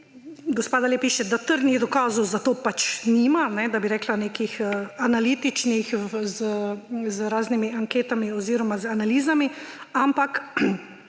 Gospa piše, da trdnih dokazov za to pač nima, da bi rekla, nekih analitičnih z raznimi anketami oziroma z analizami, ampak